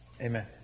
amen